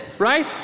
Right